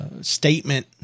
statement